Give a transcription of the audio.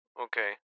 Okay